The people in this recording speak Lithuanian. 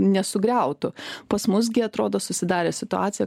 nesugriautų pas mus gi atrodo susidarė situacija